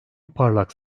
parlak